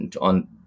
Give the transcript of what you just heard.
on